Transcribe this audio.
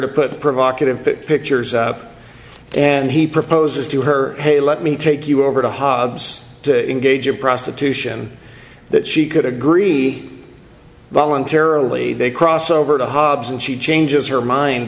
to put the provocative pictures up and he proposes to her hey let me take you over to hobbs to engage in prostitution that she could agree voluntarily they cross over to hobbs and she changes her mind